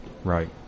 Right